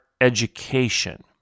education